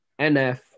NF